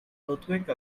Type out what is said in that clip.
earthquake